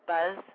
Buzz